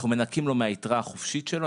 אנחנו מנכים לו מהיתרה החופשית שלו,